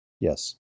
yes